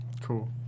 Cool